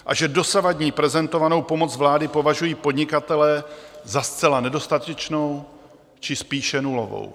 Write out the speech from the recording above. A že dosavadní prezentovanou pomoc vlády považují podnikatelé za zcela nedostatečnou, či spíše nulovou.